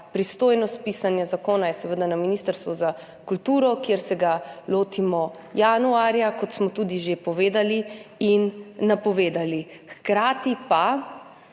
pristojnost pisanja zakona je seveda na Ministrstvu za kulturo, kjer se ga lotimo januarja, kot smo tudi že povedali in napovedali. Hkrati pa